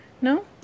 No